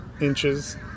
inches